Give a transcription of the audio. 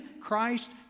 Christ